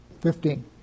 Fifteen